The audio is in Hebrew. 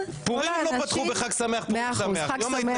פורים לא פתחו בחג שמח פורים שמח,